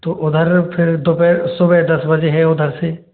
तो उधर फिर दोपहर सुबह दस बजे है उधर से